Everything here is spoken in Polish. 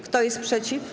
Kto jest przeciw?